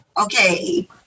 okay